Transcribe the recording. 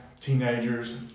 teenagers